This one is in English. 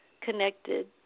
connected